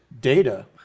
data